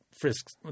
frisks –